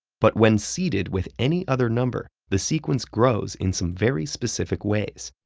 but when seeded with any other number, the sequence grows in some very specific ways.